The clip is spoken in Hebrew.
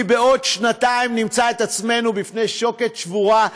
כי בעוד שנתיים נמצא את עצמנו בפני שוקת שבורה,